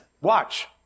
watch